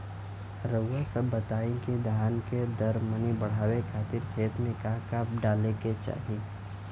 रउआ सभ बताई कि धान के दर मनी बड़ावे खातिर खेत में का का डाले के चाही?